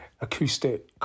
acoustic